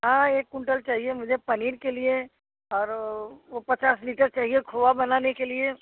हाँ एक कुंटल चाहिए मुझे पनीर के लिए और वह पचास लीटर चाहिए खोआ बनाने के लिए